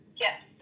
Yes